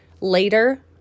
Later